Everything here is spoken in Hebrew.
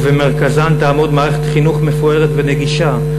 ובמרכזן תעמוד מערכת חינוך מפוארת ונגישה,